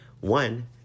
One